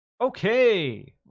okay